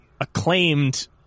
acclaimed